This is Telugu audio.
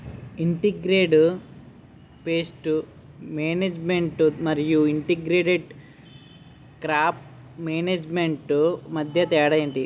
ఇంటిగ్రేటెడ్ పేస్ట్ మేనేజ్మెంట్ మరియు ఇంటిగ్రేటెడ్ క్రాప్ మేనేజ్మెంట్ మధ్య తేడా ఏంటి